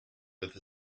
with